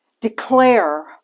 declare